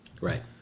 Right